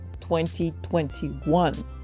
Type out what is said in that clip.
2021